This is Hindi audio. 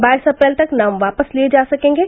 बाईस अप्रैल तक नाम वापस लिए जा सकेंगे